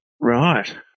Right